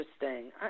interesting